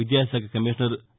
విద్యాకాఖ commissioner we